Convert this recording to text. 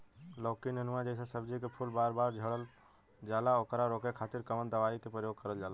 लौकी नेनुआ जैसे सब्जी के फूल बार बार झड़जाला ओकरा रोके खातीर कवन दवाई के प्रयोग करल जा?